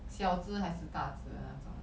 小只还是大只的那种